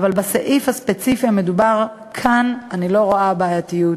אבל בסעיף הספציפי המדובר כאן אני לא רואה בעייתיות.